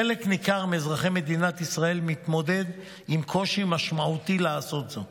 חלק ניכר מאזרחי מדינת ישראל מתמודדים עם קושי משמעותי לעשות זאת,